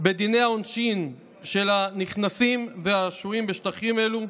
בדיני העונשין של הנכנסים והשוהים בשטחים אלו,